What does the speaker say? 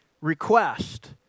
request